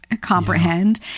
comprehend